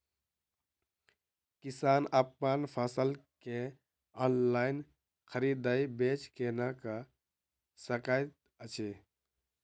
किसान अप्पन फसल केँ ऑनलाइन खरीदै बेच केना कऽ सकैत अछि?